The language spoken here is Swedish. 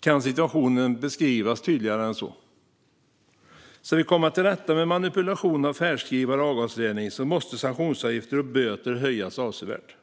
Kan situationen beskrivas tydligare än så? Ska vi komma till rätta med manipulation av färdskrivare och avgasrening måste sanktionsavgifter och böter höjas avsevärt.